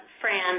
Fran